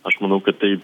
aš manau kad tai